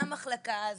מהמחלקה הזו,